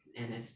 N_S